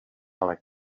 ale